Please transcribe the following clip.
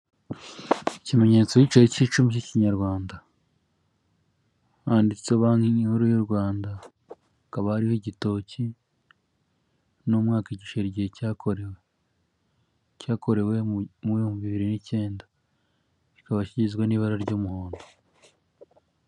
Ikimenyetso cy'igiceri cy'icumi cy'ikinyarwanda. Handitseho banki nkuru y' Urwanda. Hakaba hariho igitoki n'umwaka igiceri igihe cyakorewe, cyakorewe mu w' ibihumbi bibiri n'icyenda, kikaba kigizwe n'ibara ry'umuhondo.